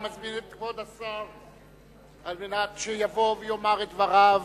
אני מזמין את כבוד השר אבישי ברוורמן על מנת שיבוא ויאמר את דבריו.